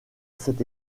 cet